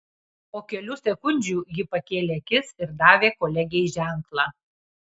po kelių sekundžių ji pakėlė akis ir davė kolegei ženklą